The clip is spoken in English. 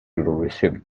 received